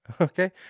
okay